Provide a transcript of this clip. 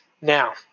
Now